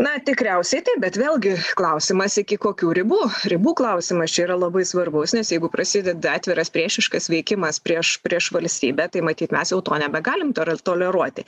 na tikriausiai taip bet vėlgi klausimas iki kokių ribų ribų klausimas čia yra labai svarbus nes jeigu prasideda atviras priešiškas veikimas prieš prieš valstybę tai matyt mes jau to nebegalim toleruoti